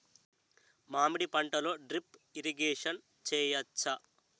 మామిడి పంటలో drip irrigation చేయచ్చా?